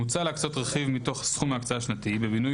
מוצע להקצות רכיב מתוך סכום ההקצאה השנתי בבינוי